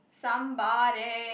somebody